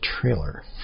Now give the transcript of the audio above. trailer